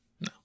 No